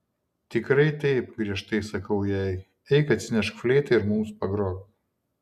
tikrai taip griežtai sakau jai eik atsinešk fleitą ir mums pagrok